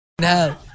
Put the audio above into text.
no